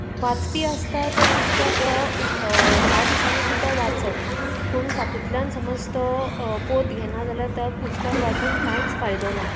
वाचपी आसता तें पुस्तक तो धा दिसांनीं सुद्दा वाचत पूण तातुंतल्यान समज तो बोध घेना जाल्यार तें पुस्तक वाचून कांयच फायदो ना